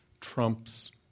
trumps